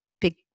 big